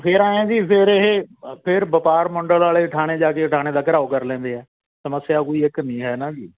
ਫੇਰ ਐਂਏ ਹੈ ਵੀ ਫੇਰ ਇਹ ਫੇਰ ਵਪਾਰ ਮੰਡਲ ਵਾਲੇ ਥਾਣੇ ਜਾ ਕੇ ਠਾਣੇ ਦਾ ਘਿਰਾਓ ਕਰ ਲੈਂਦੇ ਹੈ ਸਮੱਸਿਆ ਕੋਈ ਇੱਕ ਨਹੀਂ ਹੈ ਨਾ ਜੀ